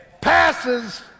Passes